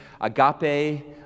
Agape